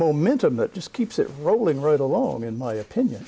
momentum it just keeps it rolling right along in my opinion